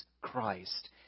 Christ